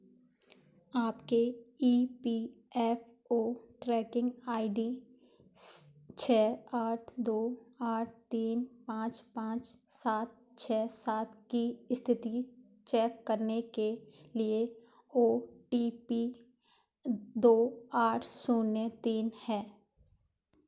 आपके E P F O tracking I D छः आठ दो आठ तीन पाँच पाँच सात छः सात की स्थिति चेक करने के लिए ओ टी पी दो आठ शून्य तीन है